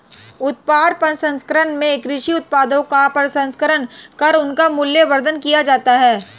उत्पाद प्रसंस्करण में कृषि उत्पादों का प्रसंस्करण कर उनका मूल्यवर्धन किया जाता है